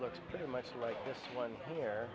looks pretty much like this one here